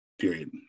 Period